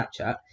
Snapchat